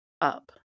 up